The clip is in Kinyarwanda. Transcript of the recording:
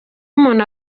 umuntu